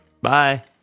Bye